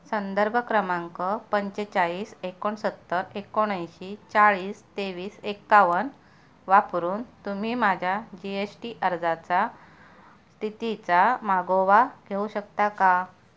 संदर्भ क्रमांक पंचेचाळीस एकोणसत्तर एकोणऐंशी चाळीस तेवीस एक्कावन्न वापरून तुम्ही माझ्या जी एस टी अर्जाच्या स्थितीचा मागोवा घेऊ शकता का